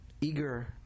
eager